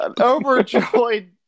overjoyed